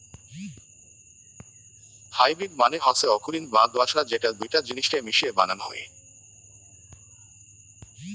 hybrid মানে হসে অকুলীন বা দোআঁশলা যেটা দুইটা জিনিসকে মিশিয়ে বানাং হই